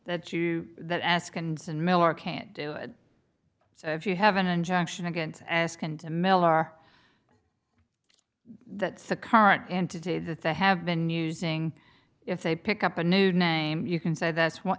that you that ask and miller can't do so if you have an injunction against ask a mill are that's the current and today that they have been using if they pick up a new name you can say that's